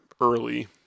early